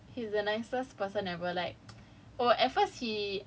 overall but I think he's the nicest he's the nicest person ever like